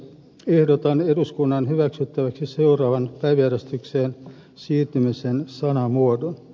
ehdotan eduskunnan hyväksyttäväksi seuraavan päiväjärjestykseen siirtymisen sanamuodon